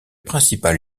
principal